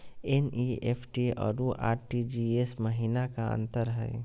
NEFT अरु RTGS महिना का अंतर हई?